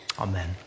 Amen